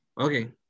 Okay